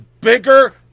bigger